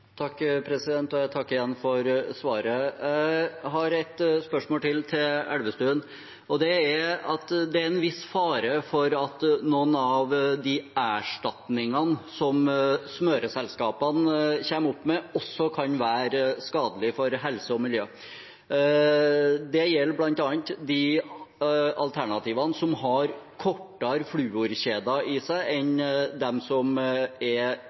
Jeg takker igjen for svaret. Jeg har enda et spørsmål til Elvestuen. Det er en viss fare for at noen av de erstatningene som smøreselskapene kommer opp med, også kan være skadelige for helse og miljø. Det gjelder bl.a. de alternativene som har kortere fluorkjeder i seg enn dem som er